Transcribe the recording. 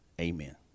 Amen